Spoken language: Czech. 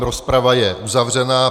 Rozprava je uzavřená.